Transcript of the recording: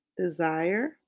desire